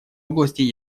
области